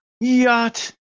yacht